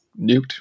nuked